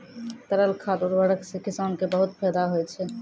तरल खाद उर्वरक सें किसान क बहुत फैदा होय छै